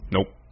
Nope